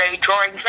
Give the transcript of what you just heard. drawing